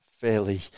fairly